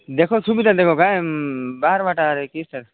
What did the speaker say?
ଦେଖ ସୁବିଧା ଦେଖ କାହିଁ ବାହାରବାଟା କିସଟା